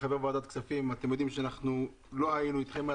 כחברי ועדת הכספים אתם יודעים שאנחנו היינו אתכם.